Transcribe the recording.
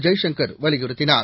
ஜெய்சங்கர் வலியுறுத்தினார்